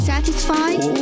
Satisfied